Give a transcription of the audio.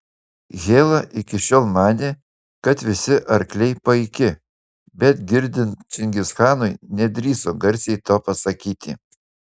hela iki šiol manė kad visi arkliai paiki bet girdint čingischanui nedrįso garsiai to pasakyti